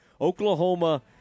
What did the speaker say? Oklahoma